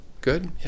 good